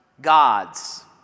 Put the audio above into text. God's